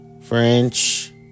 French